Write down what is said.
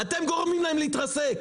אתם גורמים להם להתרסק.